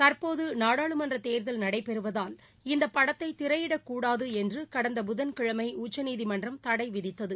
தற்போது நாடாளுமன்றத் தேர்தல் நடைபெறுவதால் இந்த படத்தை திரையிடக்கூடாது என்று கடந்த புதன்கிழமை உச்சநீதிமன்றம் தடை விதித்தது